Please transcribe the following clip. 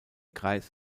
kreis